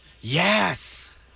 Yes